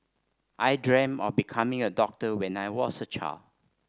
I dream of becoming a doctor when I was a child